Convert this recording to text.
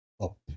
up